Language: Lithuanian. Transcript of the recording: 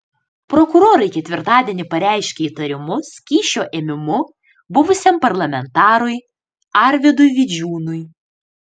prokurorai ketvirtadienį pareiškė įtarimus kyšio ėmimu buvusiam parlamentarui arvydui vidžiūnui